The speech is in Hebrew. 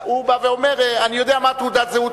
לבוא ולומר: אני יודע מה תעודת הזהות,